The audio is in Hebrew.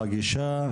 בגישה,